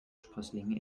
sprösslinge